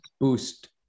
boost